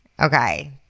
Okay